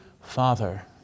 Father